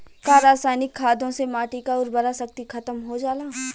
का रसायनिक खादों से माटी क उर्वरा शक्ति खतम हो जाला?